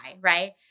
right